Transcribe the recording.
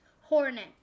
hornet